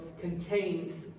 contains